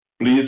Please